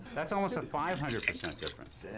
that's almost a five hundred percent difference. and